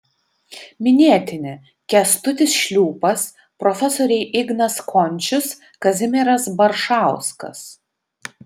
minėtini kęstutis šliūpas profesoriai ignas končius kazimieras baršauskas